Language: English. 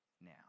now